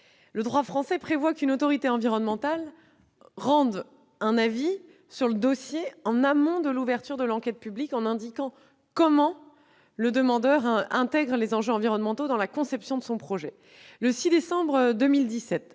Le droit français prévoit qu'une autorité environnementale rend un avis sur le dossier en amont de l'ouverture de l'enquête publique, en indiquant comment le demandeur intègre les enjeux environnementaux dans la conception de son projet. Le 6 décembre 2017,